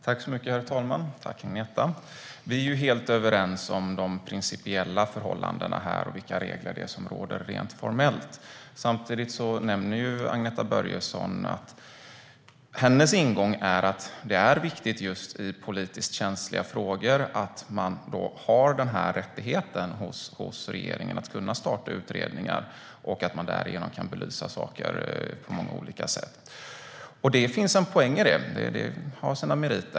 Herr talman! Tack, Agneta! Vi är helt överens om de principiella förhållandena och vilka regler som råder rent formellt. Samtidigt nämner du, Agneta Börjesson, att din ingång är att det är viktigt, just i politiskt känsliga frågor, att regeringen har rättigheten att starta utredningar och därigenom kunna belysa saker på många olika sätt. Det finns en poäng med det. Det har sina meriter.